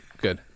Good